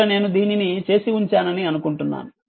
ఇక్కడ నేను దీనిని చేసి ఉంచానని అనుకుంటున్నాను